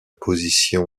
position